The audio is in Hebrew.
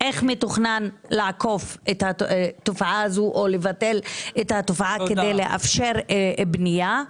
איך מתוכנן לעקוף את התופעה הזו או לבטל את התופעה כדי לאפשר בנייה?